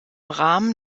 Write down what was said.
rahmen